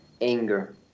anger